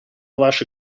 ваши